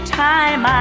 time